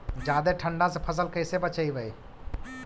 जादे ठंडा से फसल कैसे बचइबै?